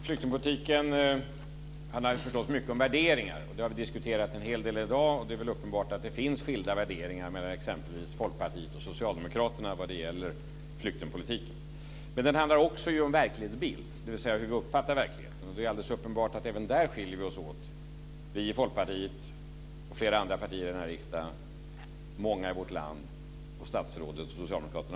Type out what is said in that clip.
Fru talman! Flyktingpolitiken handlar mycket om värderingar, och det har vi diskuterat en hel del i dag. Det är uppenbart att det finns skilda värderingar mellan t.ex. Folkpartiet och socialdemokraterna när det gäller flyktingpolitiken. Men denna debatt handlar också om en verklighetsbild, dvs. hur vi uppfattar verkligen. Det är alldeles uppenbart att vi skiljer oss åt även där, å ena sidan Folkpartiet och flera andra partier här i riksdagen, många i vårt land och å andra sidan statsrådet och socialdemokraterna.